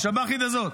השב"חית הזאת.